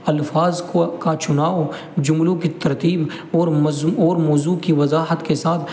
الفاظ کو کا چناؤ جملوں کی ترتیب اور موضوع کی وضاحت کے ساتھ